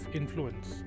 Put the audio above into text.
influence